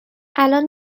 الان